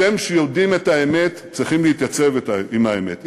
אתם שיודעים את האמת צריכים להתייצב עם האמת.